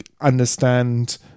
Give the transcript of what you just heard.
understand